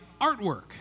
artwork